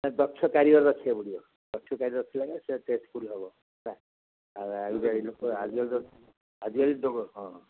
ନାଇଁ ଦକ୍ଷ କାରିଗର ରଖିବାକୁ ପଡ଼ିକ ଦକ୍ଷ କାରିଗର ରଖିଲେ ସେ ସକ୍ସେସ୍ଫୁଲ୍ ହବ ହେଲା ଆଉ ଆଜିକା ଆଜିକାଲି ଆଜିକାଲି ଦ ହଁ ହଁ